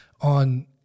on